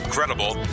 Incredible